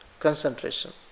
Concentration